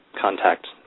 contact